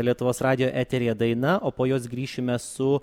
lietuvos radijo eteryje daina o po jos grįšime su